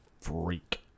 freak